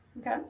Okay